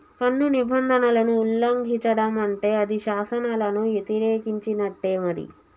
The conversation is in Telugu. పన్ను నిబంధనలను ఉల్లంఘిచడం అంటే అది శాసనాలను యతిరేకించినట్టే మరి